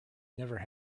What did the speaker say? never